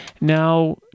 Now